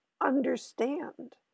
understand